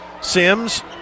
Sims